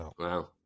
Wow